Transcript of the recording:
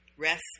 Rest